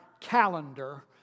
calendar